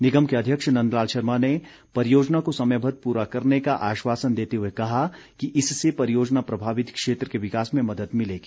निगम के अध्यक्ष नंदलाल शर्मा ने परियोजना को समबद्व पूरा करने का आश्वासन देते हुए कहा कि इससे परियोजना प्रभावित क्षेत्र के विकास में मदद मिलेगी